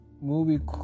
movie